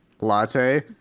latte